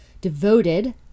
devoted